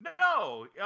No